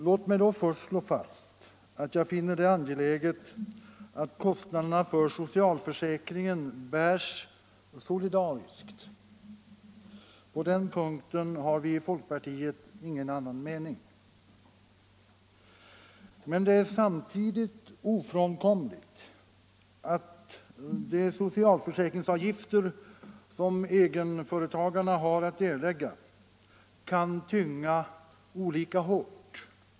Låt mig först slå fast att jag finner det angeläget att kostnaderna för socialförsäkringen bärs solidariskt. På den punkten har vi i folkpartiet ingen annan mening. Men det är samtidigt ett faktum att de social . försäkringsavgifter som egenföretagarna har att erlägga kan tynga olika hårt.